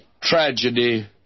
tragedy